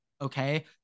okay